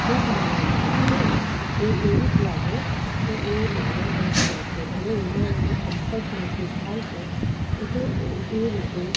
ખૂબ નાનું બાળક હોય એ એવું જ લાગે કે એ માનાં ગર્ભમાં છે એટલે એમાં એને કમ્ફર્ટ મહેસુસ થાય છે એટલે એ એ રીતે